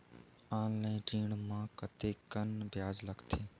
Online ऋण म कतेकन ब्याज लगथे?